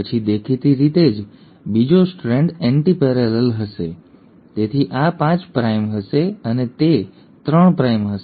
પછી દેખીતી રીતે જ બીજો સ્ટ્રેન્ડ એન્ટિ પેરેલલ હશે તેથી આ 5 પ્રાઇમ હશે અને તે 3 પ્રાઇમ જશે